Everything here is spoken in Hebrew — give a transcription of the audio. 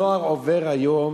הנוער עובר היום